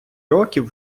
років